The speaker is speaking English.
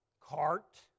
cart